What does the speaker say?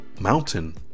mountain